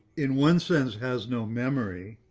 in one sense, has no memory.